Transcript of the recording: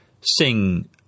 sing